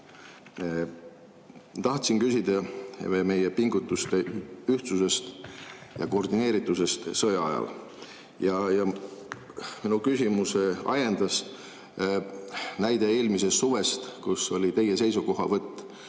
Tahtsin küsida meie pingutuste ühtsuse ja koordineerituse kohta sõja ajal. Minu küsimust ajendas näide eelmisest suvest, kui oli teie seisukohavõtt